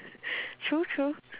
true true